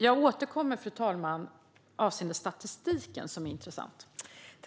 Jag återkommer avseende statistiken, som är intressant.